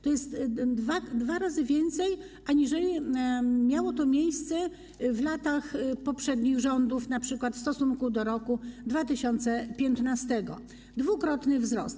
To jest dwa razy więcej, aniżeli miało to miejsce w latach poprzednich rządów, np. w stosunku do roku 2015 to dwukrotny wzrost.